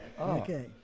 Okay